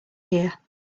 here